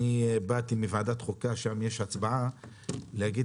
אני באתי מוועדת החוקה שם מתקיימת הצבעה כדי להגיד